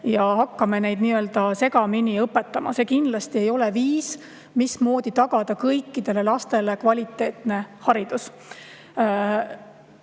ja hakkame neid nii-öelda segamini õpetama. See kindlasti ei ole viis, mismoodi tagada kõikidele lastele kvaliteetne haridus. Lapse